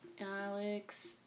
Alex